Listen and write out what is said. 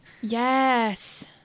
Yes